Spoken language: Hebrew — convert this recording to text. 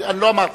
לא אמרתי,